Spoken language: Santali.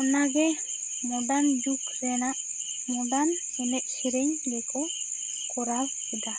ᱚᱱᱟ ᱜᱮ ᱢᱚᱰᱟᱱ ᱡᱩᱜᱽ ᱨᱮᱱᱟᱜ ᱢᱚᱰᱟᱱ ᱮᱱᱮᱡ ᱥᱮᱨᱮᱧ ᱜᱮᱠᱚ ᱠᱚᱨᱟᱣ ᱮᱫᱟ